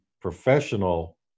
professional